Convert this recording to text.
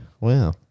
Wow